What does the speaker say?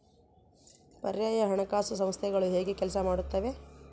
ಪರ್ಯಾಯ ಹಣಕಾಸು ಸಂಸ್ಥೆಗಳು ಹೇಗೆ ಕೆಲಸ ಮಾಡುತ್ತವೆ?